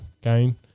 gain